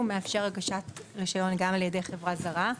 מאפשר הגשת רישיון גם על ידי חברה זרה.